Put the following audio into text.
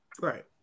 right